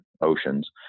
oceans